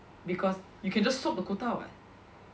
because you can just swap the quota [what]